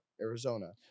Arizona